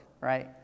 right